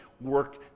work